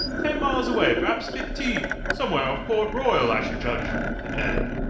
ten miles away, perhaps fifteen somewhere off port royal, i should judge, pitt added.